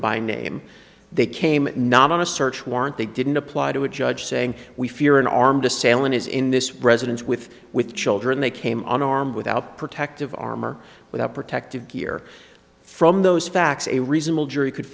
by name they came nama search warrant they didn't apply to a judge saying we fear an armed assailant is in this residence with with children they came on armed without protective armor without protective gear from those facts a reasonable jury could